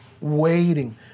waiting